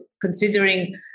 considering